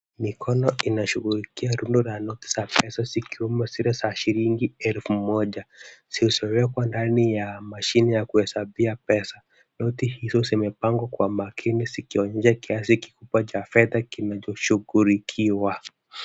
Mikono inashughulikia rundo la noti za pesa zikiwemo zile za shilingi elfu moja, zilizowekwa ndani ya mashini ya kuhesabia pesa. Noti hizo zimepangwa kwa makini zikionyesha kiasi kikubwa cha pesa kinachoshughulikiwa.